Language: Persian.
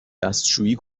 دستشویی